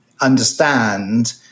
understand